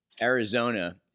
Arizona